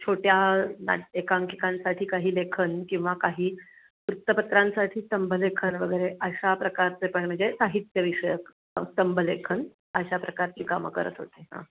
छोट्या नाटक एकांकिकांसाठी काही लेखन किंवा काही वृत्तपत्रांसाठी स्तंभलेखन वगैरे अशा प्रकारचे पण म्हणजे साहित्यविषयक अ स्तंभलेखन अशा प्रकारची कामं करत होते हां